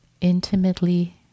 intimately